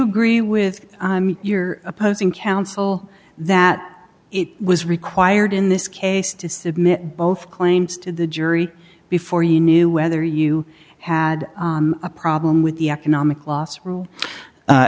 agree with your opposing counsel that it was required in this case to submit both claims to the jury before you knew whether you had a problem with the economic loss a